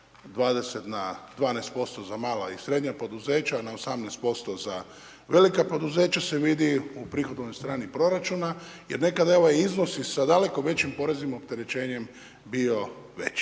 20 na 12% za mala i srednja poduzeća, na 18% za velika poduzeća, se vidi u prihodovnoj strani proračuna, jer nekad je ovaj iznos sa daleko većim poreznim opterećenjem bio veći.